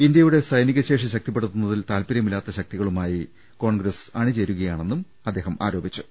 ഇന്ത്യയുടെ സൈനികശേഷി ശക്തിപ്പെടുന്നതിൽ താൽപര്യമില്ലാത്ത ശക്തികളുമായി കോൺഗ്രസ് അണിചേരുകയാണെന്നും മോദി ആരോപിച്ചു